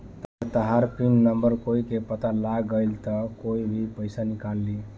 अगर तहार PIN number कोई के पता लाग गइल त कोई भी पइसा निकाल ली